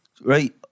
Right